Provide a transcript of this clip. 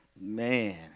Man